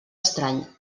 estrany